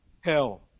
Hell